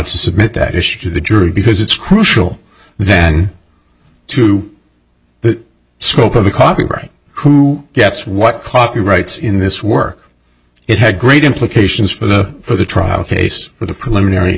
to submit that issue to the jury because it's crucial then to the scope of the copyright who gets what copyrights in this work it had great implications for the for the trial case